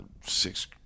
Six